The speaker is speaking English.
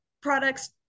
products